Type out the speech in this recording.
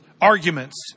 arguments